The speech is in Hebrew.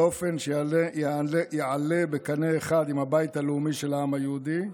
באופן שיעלה בקנה אחד עם הבית הלאומי של העם היהודי,